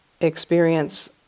experience